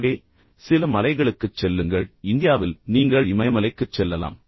எனவே சில மலைகளுக்குச் செல்லுங்கள் இந்தியாவில் நீங்கள் இமயமலைக்குச் செல்லலாம்